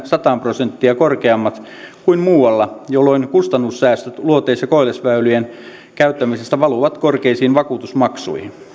sata prosenttia korkeammat kuin muualla jolloin kustannussäästöt luoteis ja koillisväylien käyttämisestä valuvat korkeisiin vakuutusmaksuihin